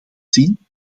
zien